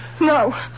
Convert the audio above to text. No